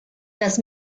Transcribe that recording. das